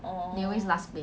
uni